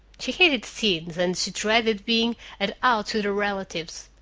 she hated scenes, and she dreaded being at outs with her relatives.